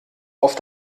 auf